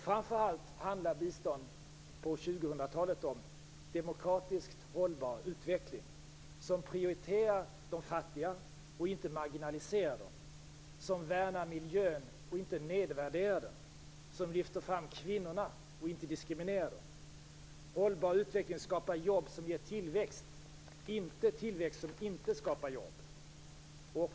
Framför allt handlar bistånd på 2000-talet om en demokratiskt hållbar utveckling - som prioriterar de fattiga och inte marginaliserar dem, som värnar miljön och inte nedvärderar den och som lyfter fram kvinnorna och inte diskriminerar dem. Hållbar utveckling skapar jobb som ger tillväxt, inte tillväxt som inte skapar jobb.